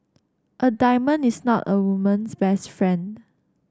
a diamond is not a woman's best friend